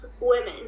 women